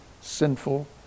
sinful